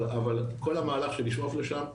אבל כל המהלך של לשאוף לשם,